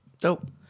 Dope